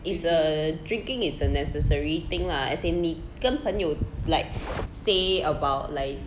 is a drinking is a necessary thing lah as in 你跟朋友 like say about like